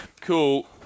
cool